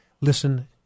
listen